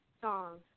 song